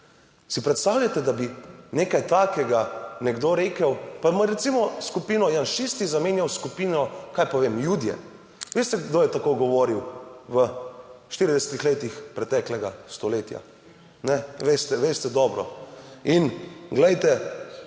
Si predstavljate, da bi nekaj takega nekdo rekel, pa recimo s skupino janšisti zamenjal s skupino, kaj pa vem, Judje. Veste, kdo je tako govoril v 40 letih preteklega stoletja? Veste, veste dobro. In glejte,